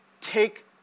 take